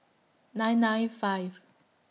nine nine five